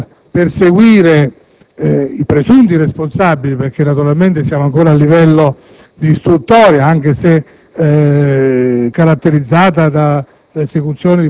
nel perseguire i presunti responsabili - perché naturalmente siamo ancora a livello di istruttoria, anche se caratterizzata da